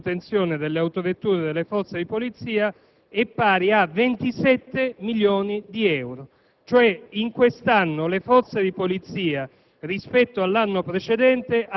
che faceva riferimento a benzina ed autovetture delle forze di polizia e a manutenzione delle stesse era pari a 67 milioni di euro.